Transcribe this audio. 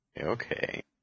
Okay